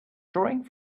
drawing